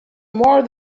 more